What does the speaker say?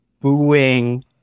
booing